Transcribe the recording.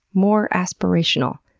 more aspirational,